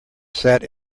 sat